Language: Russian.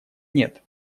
нет